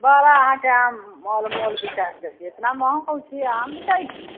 बड़ा अहाँके आम अनमोल बिकै छै इतना महग आम बिकाय छै